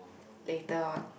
later on